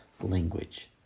language